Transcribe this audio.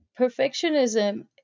perfectionism